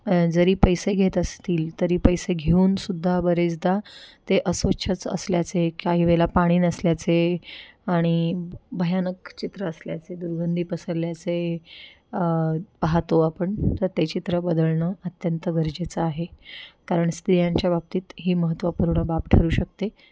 जरी पैसे घेत असतील तरी पैसे घेऊनसुद्धा बरेचदा ते अस्वच्छच असल्याचे काही वेळा पाणी नसल्याचे आणि भयानक चित्र असल्याचे दुर्गंधी पसरल्याचे पाहतो आपण तर ते चित्र बदलणं अत्यंत गरजेचं आहे कारण स्त्रियांच्या बाबतीत ही महत्वपूर्ण बाब ठरू शकते